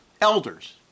elders